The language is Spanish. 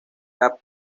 cape